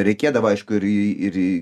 reikėdavo aišku ir į ir į